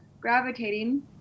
gravitating